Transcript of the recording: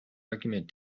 argument